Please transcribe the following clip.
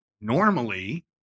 normally